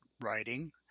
writing